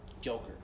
Joker